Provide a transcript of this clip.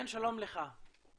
שלום לך.